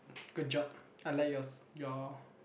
good job I like yours your